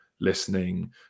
listening